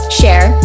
share